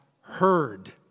heard